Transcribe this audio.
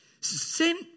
Sin